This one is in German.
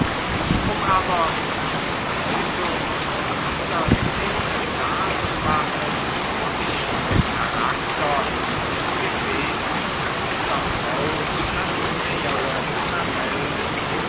um aber die bedeutung dieser szene klar zu machen muß ich von dem charakter und dem wesen dieser frau das nähere vermelden